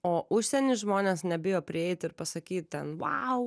o užsieny žmonės nebijo prieit ir pasakyt ten vou